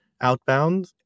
outbound